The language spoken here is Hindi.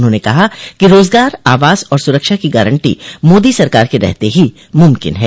उन्होंने कहा कि राजगार आवास और सुरक्षा की गारंटी मोदी सरकार के रहते ही मुमकिन है